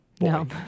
no